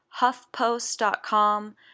HuffPost.com